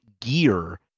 gear